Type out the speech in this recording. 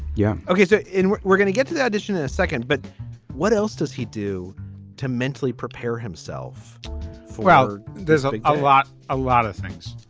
yeah. okay. so we're we're gonna get to the audition in a second but what else does he do to mentally prepare himself for hours there's like a lot a lot of things